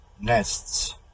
nests